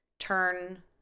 turn